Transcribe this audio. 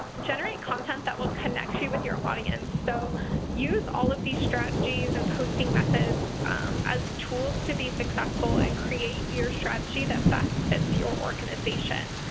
generate content that will connect you with your audience, so use all of these strategies and posting methods as tools to be successful and create your strategy that best fits your organization.